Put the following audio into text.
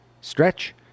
stretch